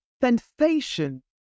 sensation